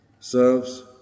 serves